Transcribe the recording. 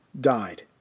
died